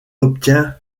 obtient